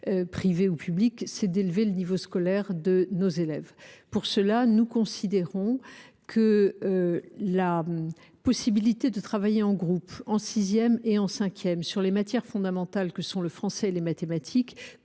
privé ou public, une ambition, celle d’élever le niveau scolaire de nos élèves. Nous considérons qu’à cet égard la possibilité de travailler en groupe, en sixième et en cinquième, sur les matières fondamentales que sont le français et les mathématiques